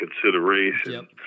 consideration